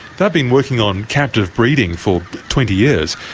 they've been working on captive breeding for twenty years.